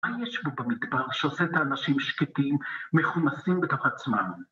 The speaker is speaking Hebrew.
מה יש בו במדבר שעושה את האנשים שקטים, מחומסים בתוך עצמנו?